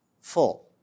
full